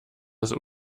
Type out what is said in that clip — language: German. das